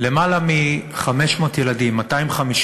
יותר מ-500 ילדים, 250